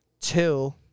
Two